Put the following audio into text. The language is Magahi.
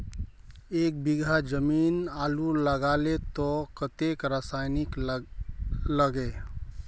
एक बीघा जमीन आलू लगाले तो कतेक रासायनिक लगे?